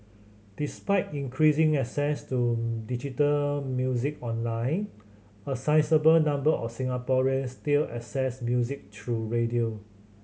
despite increasing access to digital music online a sizeable number of Singaporeans still access music through radio